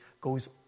goes